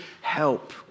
help